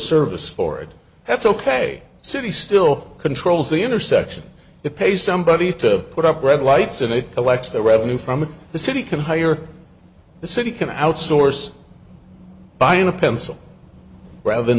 service for it that's ok city still controls the intersection it pay somebody to put up red lights and it elects the revenue from the city can hire the city can outsource buying a pencil rather than